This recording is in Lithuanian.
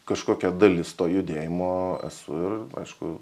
kažkokia dalis to judėjimo esu ir aišku